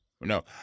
no